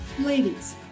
Ladies